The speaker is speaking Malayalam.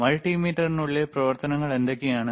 മൾട്ടിമീറ്ററിനുള്ളിലെ പ്രവർത്തനങ്ങൾ എന്തൊക്കെയാണ്